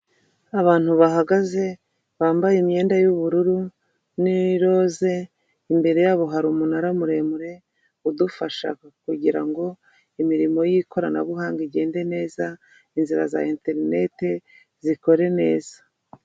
Abantu bahagaze bambaye imyenda y'ubururu ni roze, imbere yabo hari umunara muremure udufasha kugira ngo imirimo y'ikoranabuhanga igende neza, inzira za interineti zikore neza.